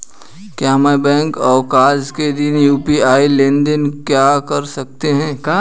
क्या मैं बैंक अवकाश के दिन यू.पी.आई लेनदेन कर सकता हूँ?